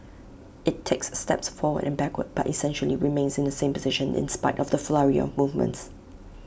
IT takes steps forward and backward but essentially remains in the same position in spite of the flurry of movements